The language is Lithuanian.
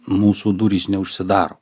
mūsų durys neužsidaro